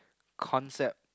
concept